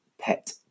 pet